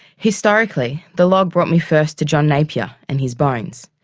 historically the log brought me first to john napier and his bones.